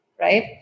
right